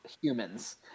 humans